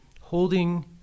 holding